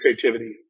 creativity